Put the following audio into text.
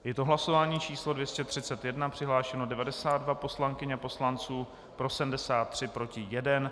Je to hlasování číslo 231, přihlášeno 92 poslankyň a poslanců, pro 73, proti 1.